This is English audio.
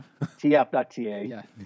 TF.TA